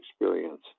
experience